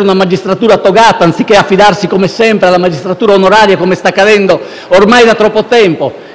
una magistratura togata anziché affidarsi come sempre alla magistratura onoraria (come sta accadendo ormai da troppo tempo),